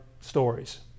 stories